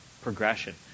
progression